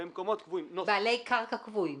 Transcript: בעלי קרקע קבועים.